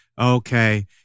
okay